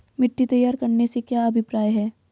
मिट्टी तैयार करने से क्या अभिप्राय है?